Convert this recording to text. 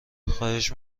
خواهش